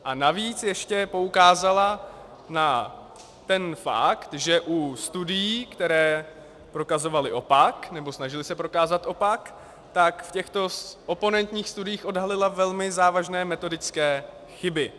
A navíc ještě poukázala na ten fakt, že u studií, které prokazovaly opak, nebo se snažily prokázat opak, tak v těchto oponentních studiích odhalila velmi závažné metodické chyby.